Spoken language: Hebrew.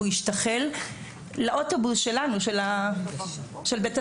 והוא השתחל לאוטובוס שלנו של בית-הספר,